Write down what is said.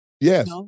yes